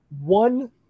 one